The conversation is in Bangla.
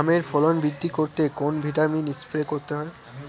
আমের ফলন বৃদ্ধি করতে কোন ভিটামিন স্প্রে করতে হয়?